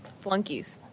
flunkies